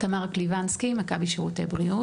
תמר קליסבנסקי, "מכבי" שירותי בריאות.